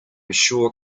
sure